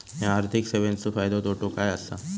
हया आर्थिक सेवेंचो फायदो तोटो काय आसा?